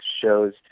shows